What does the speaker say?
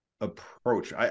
approach